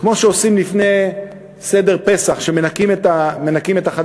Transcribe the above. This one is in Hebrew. כמו שעושים לפני סדר פסח כשמנקים את החדרים